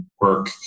work